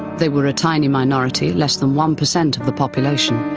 they were a tiny minority, less than one percent of the population,